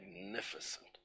magnificent